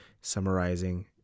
summarizing